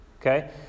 Okay